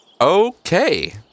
Okay